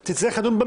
אבל לצערי,